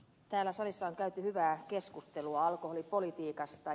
täällä salissa on käyty hyvää keskustelua alkoholipolitiikasta